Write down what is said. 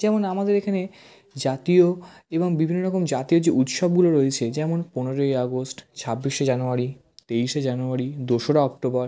যেমন আমাদের এখানে জাতীয় এবং বিভিন্ন রকম জাতীয় যে উৎসবগুলো রয়েছে যেমন পনেরোই আগস্ট ছাব্বিশে জানুয়ারি তেইশে জানুয়ারি দোসরা অক্টোবর